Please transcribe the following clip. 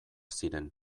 ziren